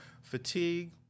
fatigue